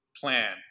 plan